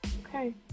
Okay